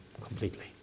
completely